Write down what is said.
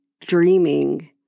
dreaming